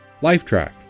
Lifetrack